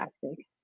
fantastic